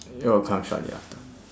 it will come shortly after